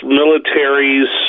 militaries